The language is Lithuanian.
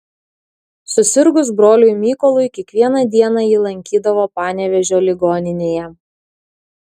susirgus broliui mykolui kiekvieną dieną jį lankydavo panevėžio ligoninėje